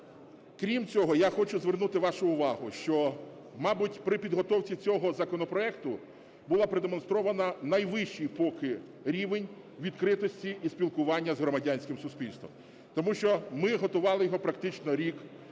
Крім цього, я хочу звернути вашу увагу, що, мабуть, при підготовці цього законопроекту було продемонстровано найвищий поки рівень відкритості і спілкування з громадянським суспільством. Тому що ми готували його практично рік,